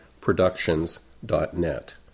productions.net